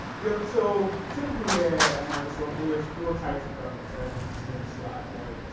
yep, so typically here at microsoft there's four types of governance as we can see on the slide, right?